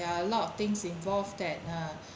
there are a lot of things involved that are